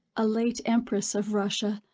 a late empress of russia,